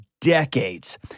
decades